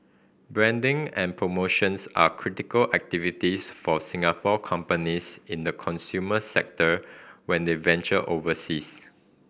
branding and promotions are critical activities for Singapore companies in the consumer sector when the venturing overseas